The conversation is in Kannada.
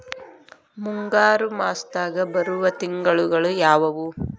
ಮುಂಗಾರು ಮಾಸದಾಗ ಬರುವ ತಿಂಗಳುಗಳ ಯಾವವು?